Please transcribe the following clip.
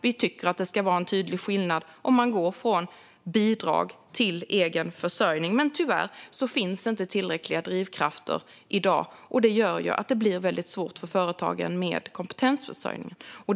Vi tycker att det ska vara tydlig skillnad om man går från bidrag till egen försörjning. Men tyvärr finns inte tillräckliga drivkrafter i dag, och det gör att det blir väldigt svårt för företagen med kompetensförsörjning.